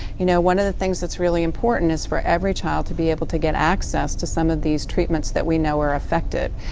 you know one of the things that's really important is for every child to be able to get access to some of these treatments that we know are effective.